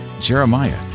Jeremiah